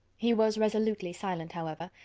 he was resolutely silent, however,